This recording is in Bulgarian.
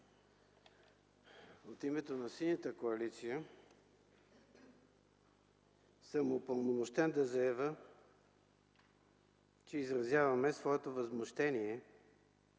От името на Синята коалиция съм упълномощен да заявя, че изразяваме своето възмущение